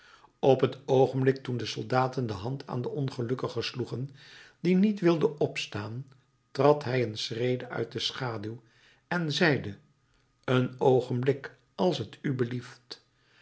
op het oogenblik toen de soldaten de hand aan de ongelukkige sloegen die niet wilde opstaan trad hij een schrede uit de schaduw en zeide een oogenblik als t u belieft